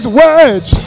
words